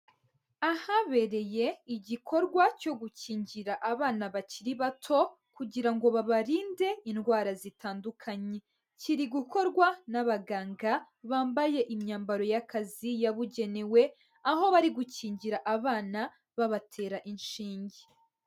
Ahabereye igikorwa cyo gukingira abana bakiri bato kugira ngo babarinde indwara zitandukanye. Kiri gukorwa n'abaganga bambaye imyambaro y'akazi yabugenewe, aho bari gukingira abana, babatera inshinge.